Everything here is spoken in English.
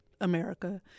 America